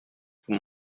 vous